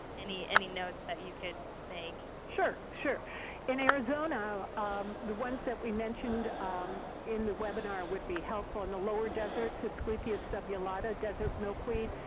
any any notes that you could make. sure. in in arizona um the ones that we mentioned um in the webinar would be helpful. in the lower deserts, aesclepias subulata desert milkweed.